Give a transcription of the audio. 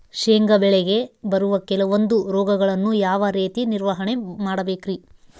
ಶೇಂಗಾ ಬೆಳೆಗೆ ಬರುವ ಕೆಲವೊಂದು ರೋಗಗಳನ್ನು ಯಾವ ರೇತಿ ನಿರ್ವಹಣೆ ಮಾಡಬೇಕ್ರಿ?